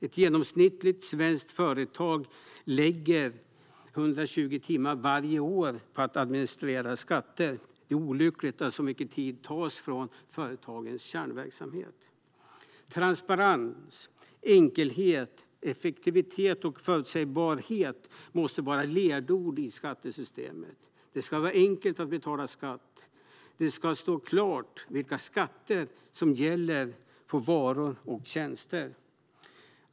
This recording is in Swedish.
Ett genomsnittligt svenskt företag lägger 120 timmar varje år på att administrera skatter. Det är olyckligt att så mycket tid tas från företagens kärnverksamhet. Transparens, enkelhet, effektivitet och förutsägbarhet måste vara ledord i skattesystemet. Det ska vara enkelt att betala skatt, och det ska stå klart vilka skatter som gäller på varor och tjänster.